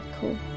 cool